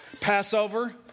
Passover